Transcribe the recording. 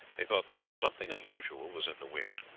they thought that something unusual was in the wind,